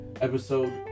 Episode